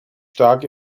stark